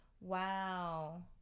Wow